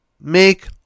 make